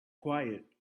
quiet